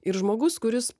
ir žmogus kuris